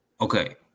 Okay